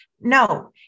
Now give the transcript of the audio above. No